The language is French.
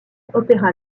opera